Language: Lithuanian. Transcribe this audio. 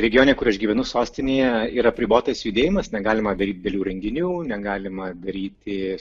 regione kur aš gyvenu sostinėje yra apribotas judėjimas negalima daryt didelių renginių negalima daryti